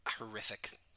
horrific